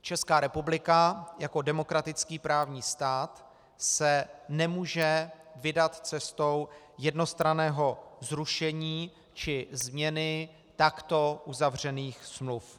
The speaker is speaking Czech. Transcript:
Česká republika se jako demokratický právní stát nemůže vydat cestou jednostranného zrušení či změny takto uzavřených smluv.